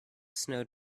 snow